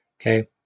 Okay